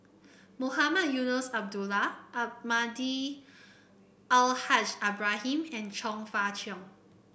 Mohamed Eunos Abdullah Almahdi Al Haj Ibrahim and Chong Fah Cheong